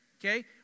Okay